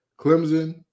Clemson